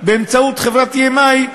באמצעות חברת EMI,